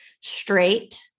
straight